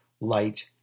light